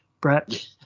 Brett